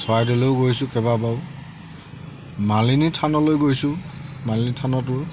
চৰাইদেউলৈও গৈছোঁ কেবাবাৰো মালিনী থানলৈও গৈছোঁ মালিনী থানতো